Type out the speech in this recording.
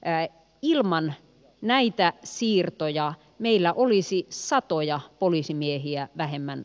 äh ilman näitä siirtoja meillä olisi satoja poliisimiehiä vähemmän